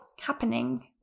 Happening